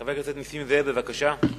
חבר הכנסת נסים זאב, בבקשה.